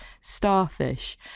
starfish